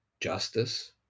justice